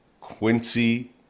Quincy